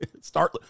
Start